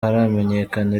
haramenyekana